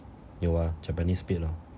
有 ah japanese spitz lor